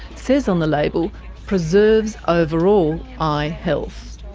says on the label preserves overall eye health.